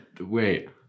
Wait